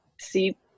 see